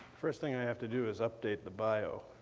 first thing i have to do is update the bio.